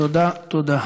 תודה, תודה.